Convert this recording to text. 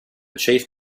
chief